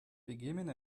pegement